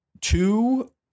two